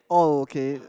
okay